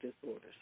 disorders